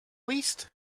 least